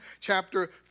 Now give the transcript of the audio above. chapter